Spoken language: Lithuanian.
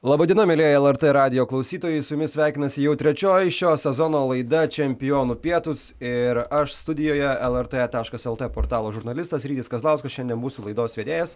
laba diena mielieji lrt radijo klausytojai su jumis sveikinasi jau trečioji šio sezono laida čempionų pietūs ir aš studijoje lrt taškas lt portalo žurnalistas rytis kazlauskas šiandien būsiu laidos vedėjas